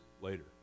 later